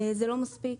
זה לא מספיק.